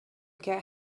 get